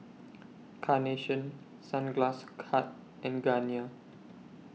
Carnation Sunglass Hut and Garnier